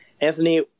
Anthony